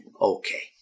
okay